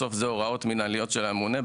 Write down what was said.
אלה הוראות מינהליות של הממונה.